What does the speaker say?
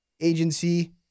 agency